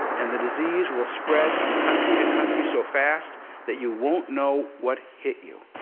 and the disease will spread from country to country so fast that you won't know what hit you.